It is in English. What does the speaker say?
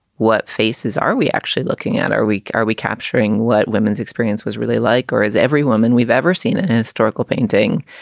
what faces are we actually looking at are weak? are we capturing what women's experience was really like or is every woman we've ever seen in a historical painting